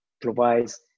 provides